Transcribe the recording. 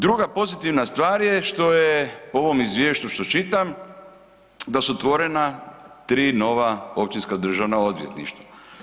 Druga pozitivna stvar je što je u ovom izvješću što čitam, da su otvorena 3 nova općinska Državna odvjetništva.